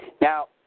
Now